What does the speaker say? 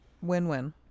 Win-win